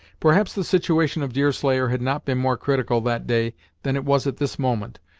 perhaps the situation of deerslayer had not been more critical that day than it was at this moment.